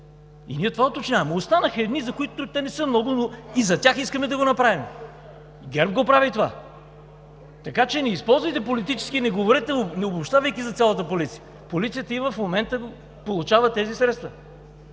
И ние това уточняваме – останаха едни, те не са много, но и за тях искаме да го направим. ГЕРБ прави това! Така че не използвайте политически и не обобщавайте за цялата полиция. Полицията и в момента получава тези средства.